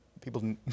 people